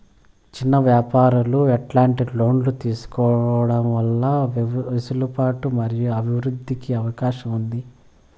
చిన్న వ్యాపారాలు ఎట్లాంటి లోన్లు తీసుకోవడం వల్ల వెసులుబాటు మరియు అభివృద్ధి కి అవకాశం ఉంది?